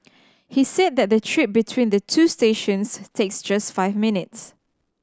he said that the trip between the two stations takes just five minutes